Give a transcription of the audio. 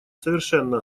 совершенно